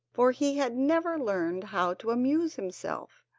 for he had never learned how to amuse himself,